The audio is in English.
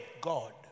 God